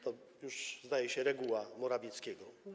To już jest, zdaje się, reguła Morawieckiego.